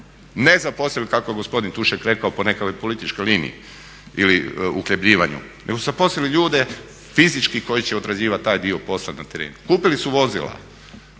Ne zaposlili kako je gospodin Tušak rekao po nekakvoj političkoj liniji ili uhljebljivanju nego su zaposlili ljude fizički koji će odrađivati taj dio posla na terenu. Kupili su vozila,